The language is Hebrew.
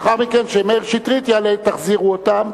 לאחר מכן, כשמאיר שטרית יעלה, תחזירו אותם,